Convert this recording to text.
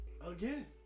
Again